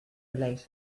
relate